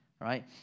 right